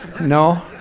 No